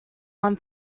one